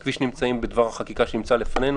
כפי שהם נמצאים בדבר החקיקה שנמצא לפנינו.